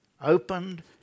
opened